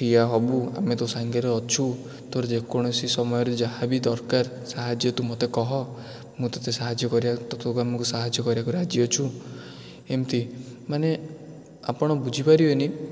ଠିଆ ହବୁ ଆମେ ତୋ ସାଙ୍ଗରେ ଅଛୁ ତୋର ଯେକୌଣସି ସମୟରେ ଯାହାବି ଦରକାର ସାହାଯ୍ୟ ତୁ ମୋତେ କହ ମୁଁ ତୋତେ ସାହାଯ୍ୟ କରିବାକୁ ତୋତେ ଆମେ ସାହାଯ୍ୟ କରିବାକୁ ରାଜି ଅଛୁ ଏମିତି ମାନେ ଆପଣ ବୁଝି ପାରିବେନି